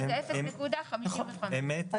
שזה 0.55%. אמת,